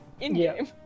in-game